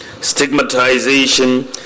stigmatization